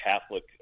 Catholic